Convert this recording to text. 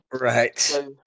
Right